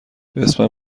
اسمم